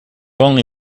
only